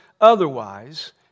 Otherwise